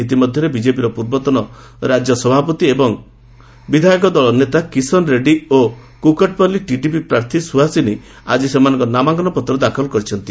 ଇତିମଧ୍ୟରେ ବିଜେପିର ପୂର୍ବତନ ରାଜ୍ୟ ସଭାପତି ଏବଂ ବିଧାୟକ ଦଳ ପାର୍ଟି ନେତା କିସନ ରେଡ୍ରୀ ଏବଂ କୁକଟପଲ୍ଲୀ ଟିଡିପି ପ୍ରାର୍ଥୀ ସୁହାସିନୀ ଆଜି ସେମାନଙ୍କ ନାମାଙ୍କନ ପତ୍ର ଦାଖଲ କରିଛନ୍ତି